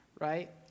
right